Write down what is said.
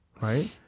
Right